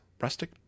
Rustic